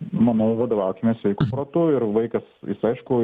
manau vadovaukimės sveiku protu ir vaikas jis aišku